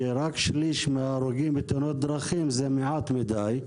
כי רק שליש מההרוגים בתאונות דרכים זה מעט מדי,